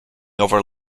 over